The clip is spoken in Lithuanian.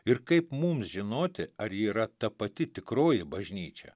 ir kaip mums žinoti ar ji yra ta pati tikroji bažnyčia